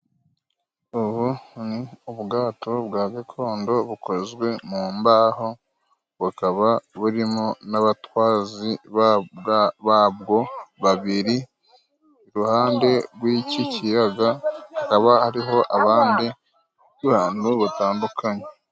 Ubu ni ubwato bwa gakondo bukozwe mu mbaho bukaba burimo n'abatwazi babwo babiri iruhande rw'iki kiyaga hakaba ariho abandi bantu batandukanye.